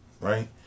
right